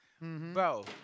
Bro